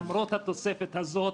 למרות התוספת הזאת,